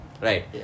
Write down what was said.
right